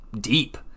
deep